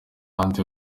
handi